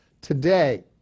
Today